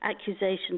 accusations